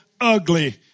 ugly